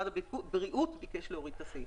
משרד הבריאות ביקש להוריד את הסעיף.